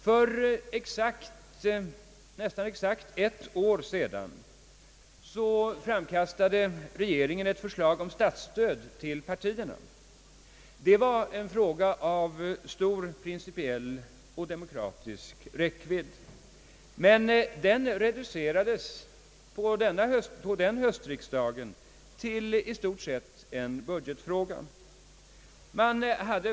För nästan exakt ett år sedan framkastade regeringen ett förslag om statsstöd till partierna. Det var en fråga av stor principiell och demokratisk räckvidd — men den reducerades vid förra höstriksdagen till i stort sett en budgetfråga.